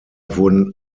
wurden